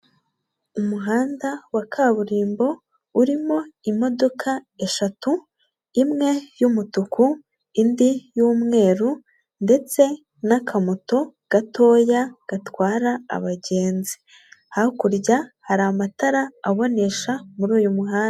Umuhanda wa kaburimbo urimo imodoka eshatu; imwe y'umutuku, indi y'umweru ndetse n'akamoto gatoya gatwara abagenzi; hakurya hari amatara abonesha muri uyu muhanda.